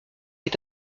est